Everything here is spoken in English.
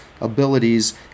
abilities